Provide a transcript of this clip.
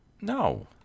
No